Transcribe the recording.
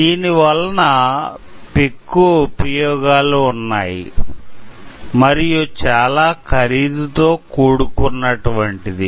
దీనివలన పెక్కు ఉపయోగాలు ఉన్నాయి మరియు చాలా ఖరీదుతో కూ డుకున్నటువంటిది